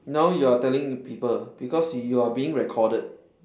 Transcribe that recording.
now you are telling people because you are being recorded